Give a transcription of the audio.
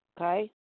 Okay